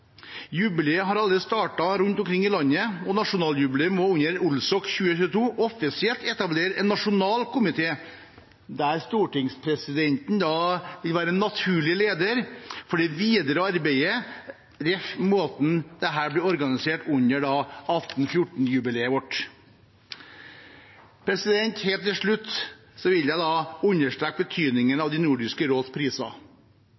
Jubileet har allerede startet rundt omkring i landet, og nasjonaljubileet må under olsok 2022 offisielt etablere en nasjonal komité, der stortingspresidenten vil være en naturlig leder for det videre arbeidet, jf. måten dette ble organisert på under 1814-jubileet vårt. Helt til slutt vil jeg understreke betydningen